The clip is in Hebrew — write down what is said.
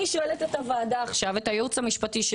אני שואלת את הייעוץ המשפטי של הוועדה,